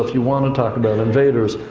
you want to talk about invaders,